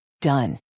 Done